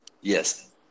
Yes